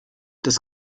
das